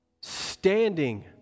Standing